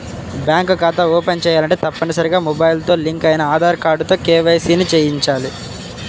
bank ఖాతా open చేయాలంటే తప్పనిసరిగా మొబైల్ తో లింక్ అయిన ఆధార్ కార్డుతో కేవైసీ ని చేయించాలి